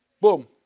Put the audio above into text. Boom